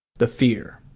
the fear